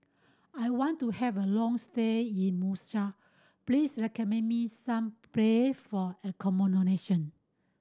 I want to have a long stay in Muscat please recommend me some place for accommodation